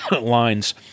lines